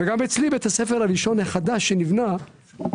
בית הספר הראשון החדש שנבנה אצלי,